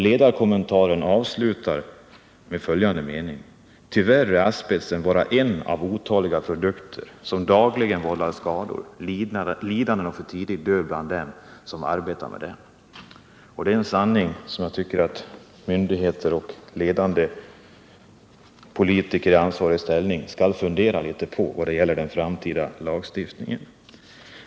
Ledarkommentaren avslutas med följande mening: ”Tyvärr är asbesten bara en av otaliga produkter, som dagligen vållar skador, lidanden och för tidig död bland dem som arbetar med dem.” Det är en sanning som jag tycker att myndigheter och ledande politiker i ansvarig ställning skall fundera litet på inför den framtida lagstiftningen.